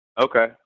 Okay